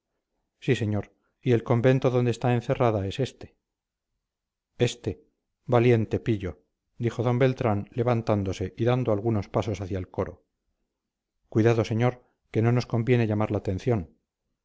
sí señor y el convento donde está encerrada es este este valiente pillo dijo d beltrán levantándose y dando algunos pasos hacia el coro cuidado señor que no nos conviene llamar la atención